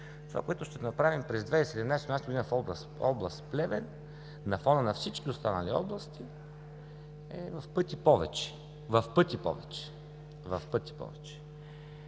това, което ще направим през 2017 г. в област Плевен на фона на всички останали области е в пъти повече. В пъти повече! Така че